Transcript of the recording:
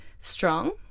Strong